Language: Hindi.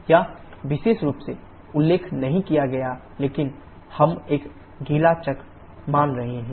यह विशेष रूप से उल्लेख नहीं किया गया है लेकिन हम एक गीला चक्र मान रहे हैं